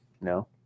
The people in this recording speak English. No